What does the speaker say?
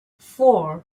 four